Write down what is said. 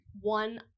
one